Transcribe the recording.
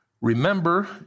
remember